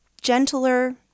gentler